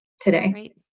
today